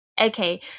okay